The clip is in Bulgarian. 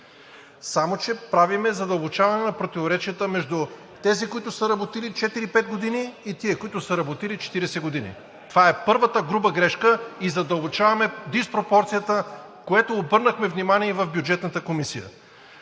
Само че правим задълбочаване на противоречията между тези, които са работили четири – пет години, и тези, които са работили 40 години. Това е първата груба грешка – задълбочаваме диспропорцията, за което обърнахме внимание и в Бюджетната комисия.